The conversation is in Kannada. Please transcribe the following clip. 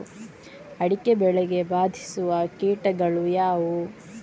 ಅಡಿಕೆ ಬೆಳೆಗೆ ಬಾಧಿಸುವ ಕೀಟಗಳು ಯಾವುವು?